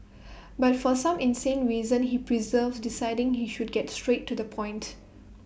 but for some insane reason he perseveres deciding he should get straight to the point